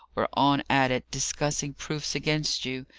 were on at it, discussing proofs against you,